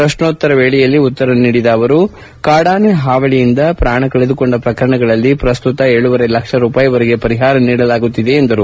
ಪ್ರಶ್ನೋತ್ತರ ವೇಳೆಯಲ್ಲಿ ಉತ್ತರ ನೀಡಿದ ಅವರು ಕಾಡಾನೆ ಪಾವಳಿಯಿಂದ ಪ್ರಾಣ ಕಳೆದುಕೊಂಡ ಪ್ರಕರಣಗಳಲ್ಲಿ ಪ್ರಸ್ತುತ ಏಳೂವರೆ ಲಕ್ಷ ರೂಪಾಯಿವರೆಗೆ ಪರಿಹಾರ ನೀಡಲಾಗುತ್ತಿದೆ ಎಂದು ಹೇಳಿದರು